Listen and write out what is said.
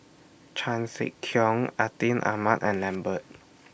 Chan Sek Keong Atin Amat and Lambert